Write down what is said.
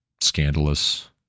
scandalous